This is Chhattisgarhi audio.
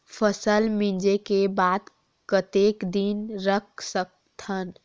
फसल मिंजे के बाद कतेक दिन रख सकथन?